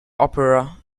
opera